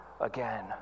again